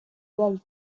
dal